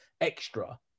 extra